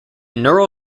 neural